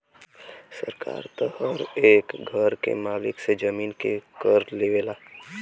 सरकार त हरे एक घर के मालिक से जमीन के कर लेवला